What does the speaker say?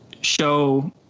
show